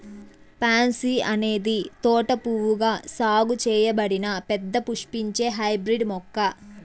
pansy అనేది తోట పువ్వుగా సాగు చేయబడిన పెద్ద పుష్పించే హైబ్రిడ్ మొక్క